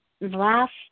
last